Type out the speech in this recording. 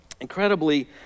incredibly